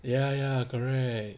ya ya correct